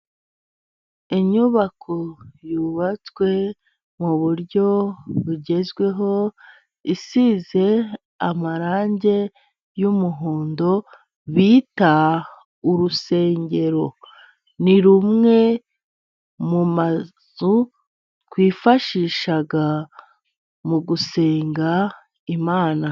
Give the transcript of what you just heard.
Inyubako yubatswe mu buryo bugezweho, isize amarangi y'umuhondo bita urusengero. Ni rumwe mu mazu twifashisha mu gusenga Imana.